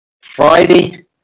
Friday